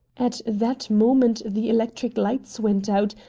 at that moment the electric lights went out,